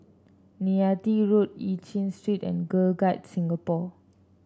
Neythai Road Eu Chin Street and Girl Guides Singapore